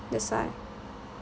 that's why